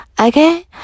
Okay